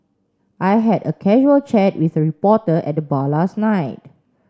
I had a casual chat with a reporter at the bar last night